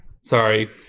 Sorry